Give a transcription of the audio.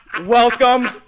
Welcome